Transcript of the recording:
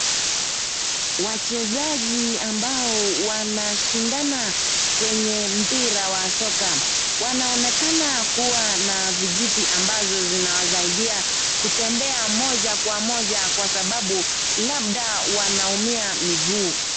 Wachezaji ambao wanashindana kwenye mpira wa soka. Wanaonekana kuwa na vijiti ambazo zinawasaidia kutembea moja kwa moja kwa sababu labda wanaumia miguu.